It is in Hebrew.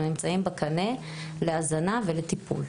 הם נמצאים בקנה להזנה ולטיפול.